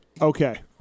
okay